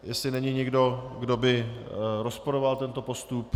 Jestli není nikdo, kdo by rozporoval tento postup není?